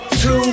two